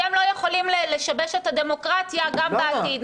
אתם לא יכולים לשבש את הדמוקרטיה גם בעתיד.